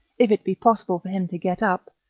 if it be possible for him to get up,